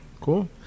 Cool